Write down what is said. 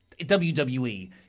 WWE